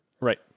Right